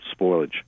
spoilage